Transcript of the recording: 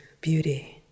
beauty